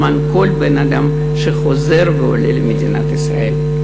למען כל בן-אדם שחוזר ועולה למדינת ישראל.